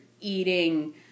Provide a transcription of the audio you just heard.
eating